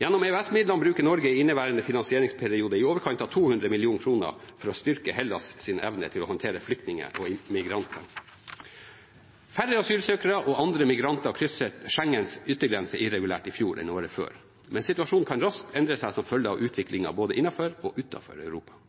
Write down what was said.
Gjennom EØS-midlene bruker Norge i inneværende finansieringsperiode i overkant av 200 mill. kr for å styrke Hellas’ evne til å håndtere flyktninger og migranter. Færre asylsøkere og andre migranter krysset Schengens yttergrense irregulært i fjor enn året før, men situasjonen kan raskt endre seg som følge av utviklingen både innenfor og utenfor Europa.